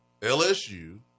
LSU